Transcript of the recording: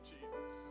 Jesus